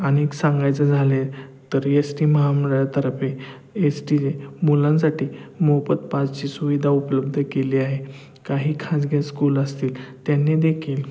आणि सांगायचं झाले तर एस टी महामरा तर्फे एस टीचे मुलांसाठी मोफत पासची सुविधा उपलब्ध केली आहे काही खाजगी स्कूल असतील त्यांनी देखील